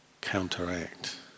counteract